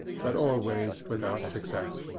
but always without success.